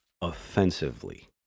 offensively